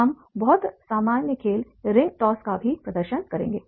हम बहुत सामान्य खेल रिंग टॉस का भी प्रदर्शन करेंगे